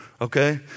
okay